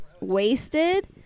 wasted